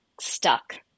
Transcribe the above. stuck